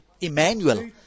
Emmanuel